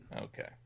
Okay